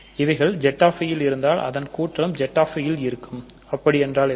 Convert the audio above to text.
இவைகள் Zi ல் இருந்தால் அதன் கூட்டலும் Zi ல் இருக்கும்அப்படி என்றால் என்ன